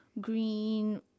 green